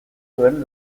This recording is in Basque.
zuen